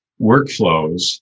workflows